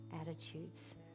attitudes